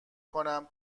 کنم